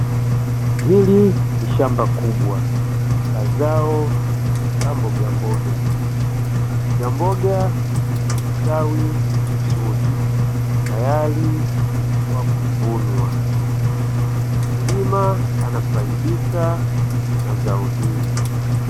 Hili ni shamba kubwa la zao la mboga mboga, mboga mboga hizo zimestawi vizuri tayari kwa kuvunwa, mkulima anafaidika na zao hili.